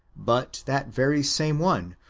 but that very same one,